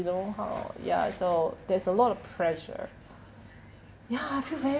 you know how ya so there's a lot of pressure ya I feel very